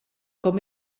com